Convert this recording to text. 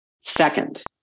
Second